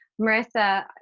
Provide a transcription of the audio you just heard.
Marissa